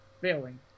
Failing